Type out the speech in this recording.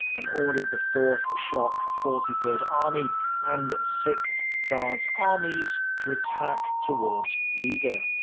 and ordered the fourth shock, forty third army and sixth guards armies to attack towards riga.